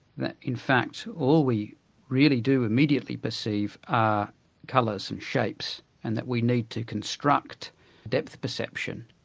that in fact all we really do immediately perceive are colours and shapes, and that we need to construct depth perception.